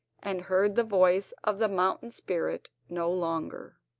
and heard the voice of the mountain spirit no longer.